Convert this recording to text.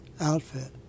outfit